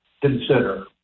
consider